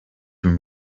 can